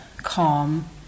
calm